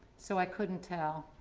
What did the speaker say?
so i couldn't tell.